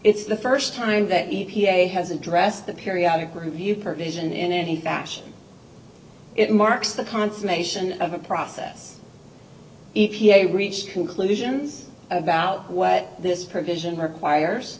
it's the first time that a p a has addressed the periodic review provision in any fashion it marks the consummation of a process e p a reached conclusions about what this provision requires